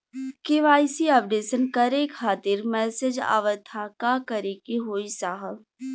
KYC updation करें खातिर message आवत ह का करे के होई साहब?